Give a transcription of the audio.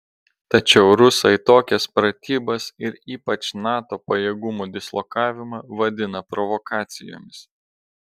tačiau rusai tokias pratybas ir ypač nato pajėgumų dislokavimą vadina provokacijomis